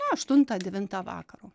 na aštuntą devintą vakaro